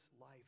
life